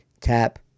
Tap